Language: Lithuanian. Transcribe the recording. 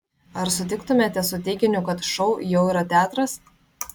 ar sutiktumėte su teiginiu kad šou jau yra teatras